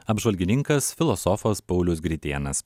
apžvalgininkas filosofas paulius gritėnas